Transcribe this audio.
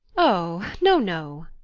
o, no, no.